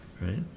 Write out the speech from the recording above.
right